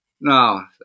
no